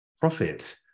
profit